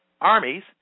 armies